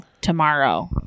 tomorrow